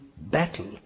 battle